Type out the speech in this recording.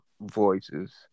voices